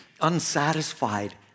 unsatisfied